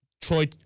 Troy